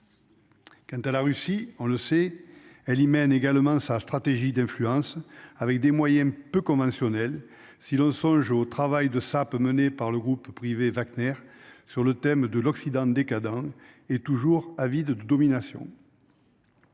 Quant à la Russie, on le sait, elle y mène également sa stratégie d'influence avec des moyens peu conventionnels. Si l'on songe au travail de sape mené par le groupe privé Wagner sur le thème de l'Occident décadent et toujours à de domination.